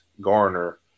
Garner